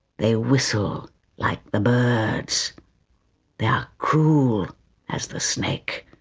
they whistle like the birds they are cruel as the snake.